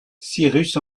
cyrus